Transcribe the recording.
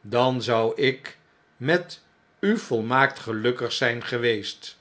dan zou ik met u volmaakt gelukkig ztjn geweest